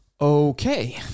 okay